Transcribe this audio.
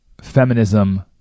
feminism